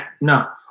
no